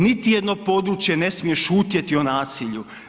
Niti jedno područje ne smije šutjeti o nasilju.